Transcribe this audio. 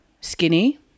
skinny